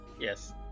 Yes